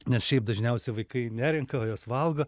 nes šiaip dažniausiai vaikai nerenka o jas valgo